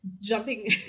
jumping